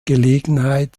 gelegenheit